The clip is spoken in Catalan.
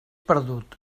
perdut